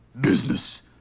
business